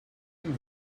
even